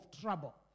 trouble